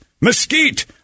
mesquite